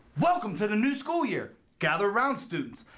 welcome to the new school year. gather around students.